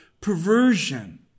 perversion